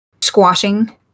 squashing